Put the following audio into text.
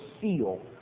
seal